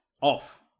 off